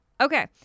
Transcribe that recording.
Okay